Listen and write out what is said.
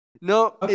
No